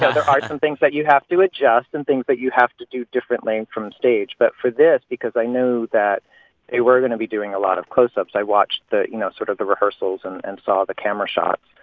there are some things that you have to adjust and things that you have to do differently from stage. but for this because i knew that they were going to be doing a lot of close-ups, i watched the you know, sort of the rehearsals and and saw the camera shots.